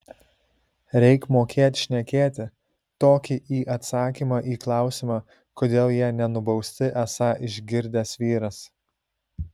reik mokėt šnekėti tokį į atsakymą į klausimą kodėl jie nenubausti esą išgirdęs vyras